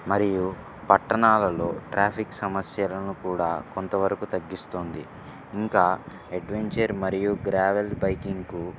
మరియు పట్టణాలలో ట్రాఫిక్ సమస్యలను కూడా కొంతవరకు తగ్గిస్తుంది ఇంకా అడ్వెంచర్ మరియు గ్రావెల్ బైకింగ్కు